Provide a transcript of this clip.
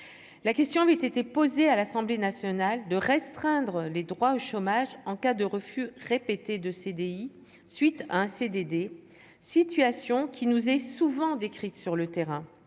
la question avait été posée à l'Assemblée nationale de restreindre les droits au chômage en cas de refus répétés de CDI suite à un CDD, situation qui nous est souvent décrite sur le terrain,